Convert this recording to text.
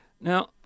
Now